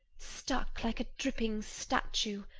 stuck like a dripping statue!